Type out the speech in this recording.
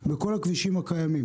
בכל הכבישים הקיימים.